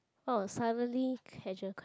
orh suddenly casual